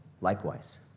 Likewise